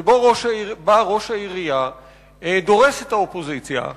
שבה ראש העירייה דורס את האופוזיציה.